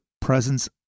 presence